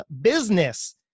business